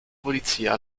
polizia